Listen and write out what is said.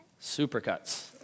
Supercuts